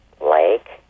lake